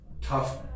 tough